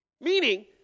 Meaning